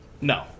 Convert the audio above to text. No